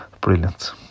Brilliant